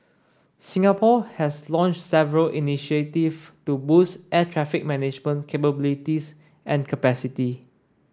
Singapore has launched several initiative to boost air traffic management capabilities and capacity